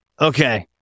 Okay